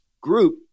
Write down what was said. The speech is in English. group